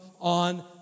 on